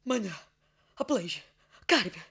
mane aplaižė karvė